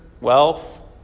wealth